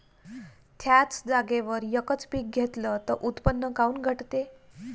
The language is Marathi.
थ्याच जागेवर यकच पीक घेतलं त उत्पन्न काऊन घटते?